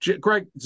Greg